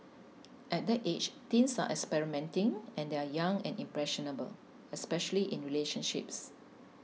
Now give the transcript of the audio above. at that age teens are experimenting and they are young and impressionable especially in relationships